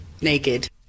naked